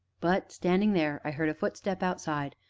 but, standing there, i heard a footstep outside,